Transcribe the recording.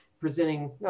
presenting